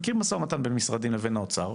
מכיר משא ומתן בין משרדים לבין האוצר,